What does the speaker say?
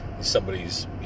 Somebody's